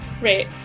Right